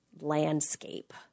landscape